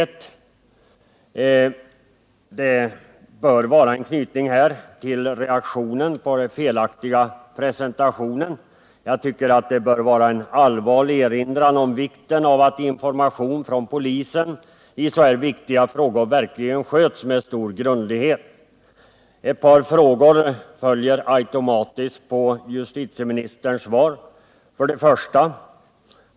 Det bör vara en anknytning till reaktionen på den felaktiga presentationen. Det bör vara en allvarlig erinran om vikten av att information från polisen i så här angelägna frågor verkligen sköts med stor grundlighet. Ett par frågor följer automatiskt på justitieministerns svar: 1.